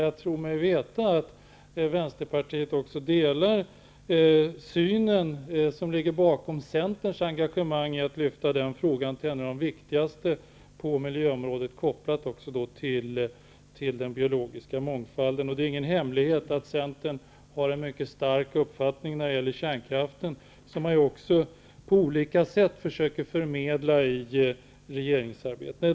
Jag tror mig veta att Vänsterpartiet delar den uppfattning som ligger bakom Centerns engagemang att lyfta fram den frågan som en av de allra viktigaste på miljöområdet -- kopplat också till den biologiska mångfalden. Det är ingen hemlighet att Centern har en stark uppfattning om kärnkraften, som man också på olika sätt försöker förmedla i regeringsarbetet.